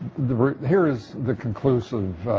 divert here is the conclusive